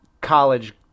college